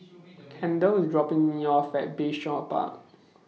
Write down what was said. Kendall IS dropping Me off At Bayshore Park